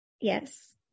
Yes